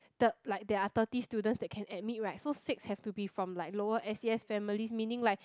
third like there are thirty students that can admit right so six have to be from like lower S_E_S families meaning like